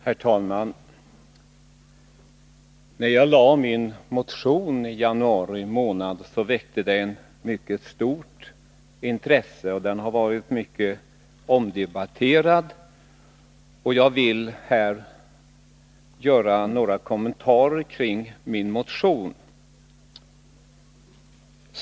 Herr talman! När jag lade fram min motion i januari månad väckte den ett mycket stort intresse, och den har varit mycket omdebatterad. Jag vill här göra några kommentarer kring min motion.